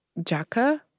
Jaka